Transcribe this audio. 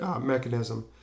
mechanism